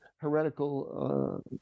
Heretical